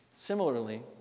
Similarly